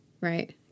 Right